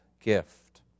gift